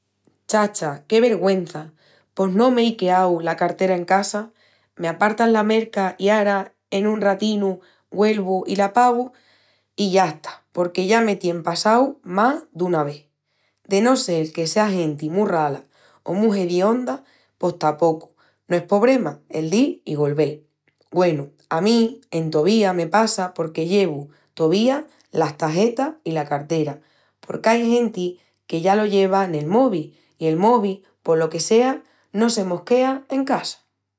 Chacha, qué vergüença! Pos no m'ei queau la cartera en casa? M'apartas la merca i ara en un ratinu güelvu i la pagu? I yasta, porque ya me tien passau más duna vés. De no sel que sea genti mu rala o mu hedionda pos tapocu no es pobrema el dil i golvel. Güenu, a mí entovía me passa porque llevu tovía las tajetas i la cartera. Porque ai genti que ya lo lleva nel mobi i el mobi, polo que sea, no se mos quea en casa.